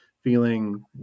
feeling